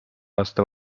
aasta